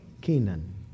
Canaan